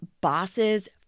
bosses